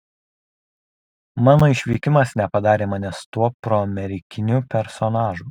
mano išvykimas nepadarė manęs tuo proamerikiniu personažu